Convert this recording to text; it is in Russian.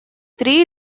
три